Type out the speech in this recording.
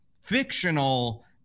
fictional